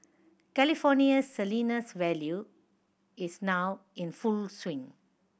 California's Salinas Valley is now in full swing